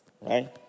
right